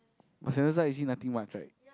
but Sentosa actually nothing much right